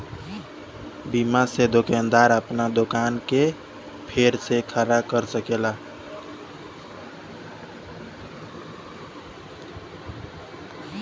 बीमा से दोकानदार आपन दोकान के फेर से खड़ा कर सकेला